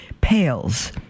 pales